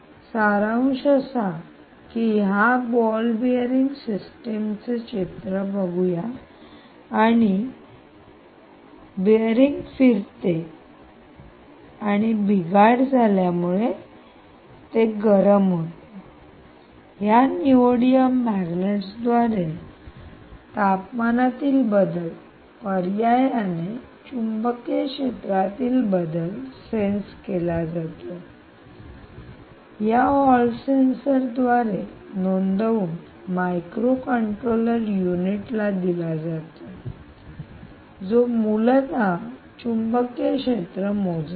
सारांश या ball bearing system चे चित्र पाहूया बेअरींग फिरते आणि बिघाड झाल्यामुळे गरम होते या निओडीमियम मॅग्नेट द्वारा तापमानातील बदल पर्यायाने चुंबकीय क्षेत्रातील बदल सेन्स केला जातो या हॉल सेन्सर द्वारे नोंदवून मायक्रोकंट्रोलर युनिट ला दिला जातो जो मूलत चुंबकीय क्षेत्र मोजत आहे